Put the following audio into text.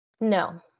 No